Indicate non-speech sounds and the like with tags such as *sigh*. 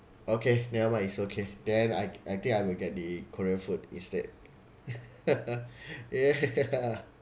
okay never mind it's okay then I I think I will get the korean food instead *laughs* yeah yeah